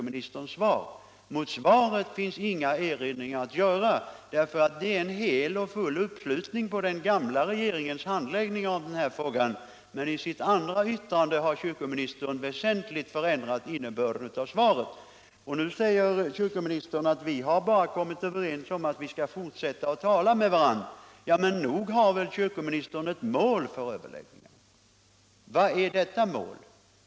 Mot svaret som sådant finns inga erinringar att göra, eftersom det innebär en fullständig uppslutning bakom den gamla regeringens inställning i denna fråga. Men i sitt andra anförande har kyrkoministern väsentligt förändrat innebörden av svaret. Nu säger kyrkoministern att ni på båda håll har kommit överens om att fortsätta att tala med varandra. Men nog har väl herr kyrkoministern ett mål för överläggningarna? Vad är detta mål?